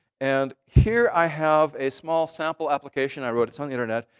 and here, i have a small sample application i wrote. it's on the internet.